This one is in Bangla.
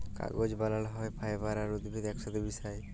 কাগজ বালাল হ্যয় ফাইবার আর উদ্ভিদ ইকসাথে মিশায়